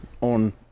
on